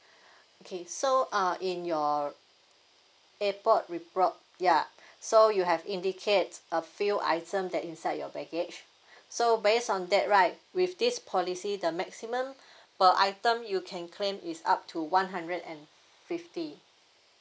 okay so uh in your airport report ya so you have indicate a few item that inside your baggage so based on that right with this policy the maximum per item you can claim is up to one hundred and fifty